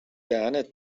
دهنت